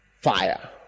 fire